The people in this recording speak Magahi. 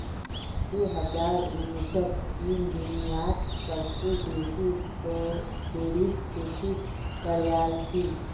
दो हजार उन्नीसत चीन दुनियात सबसे बेसी स्ट्रॉबेरीर खेती करयालकी